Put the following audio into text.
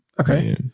Okay